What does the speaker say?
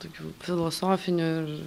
tokių filosofinių ir